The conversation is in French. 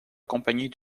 accompagnée